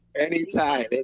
Anytime